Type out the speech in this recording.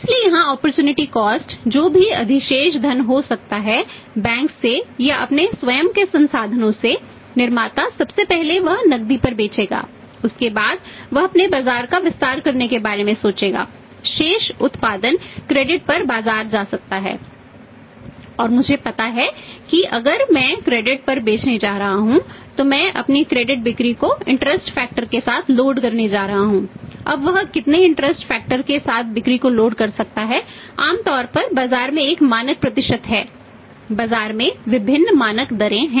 इसलिए यहां opportunity cost कर सकता है आम तौर पर बाजार में एक मानक प्रतिशत है बाजार में विभिन्न मानक दरें हैं